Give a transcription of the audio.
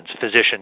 physicians